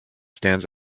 stands